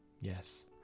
Yes